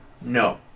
No